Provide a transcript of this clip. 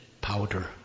powder